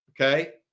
Okay